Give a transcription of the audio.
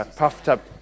puffed-up